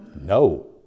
No